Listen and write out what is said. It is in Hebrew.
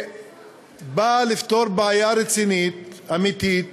שבאה לפתור בעיה רצינית, אמיתית,